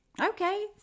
Okay